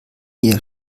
eher